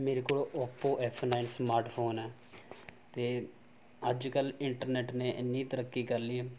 ਮੇਰੇ ਕੋਲ Oppo F nine smartphone ਹੈ ਅਤੇ ਅੱਜ ਕੱਲ੍ਹ ਇੰਟਰਨੈੱਟ ਨੇ ਇੰਨੀ ਤਰੱਕੀ ਕਰ ਲਈ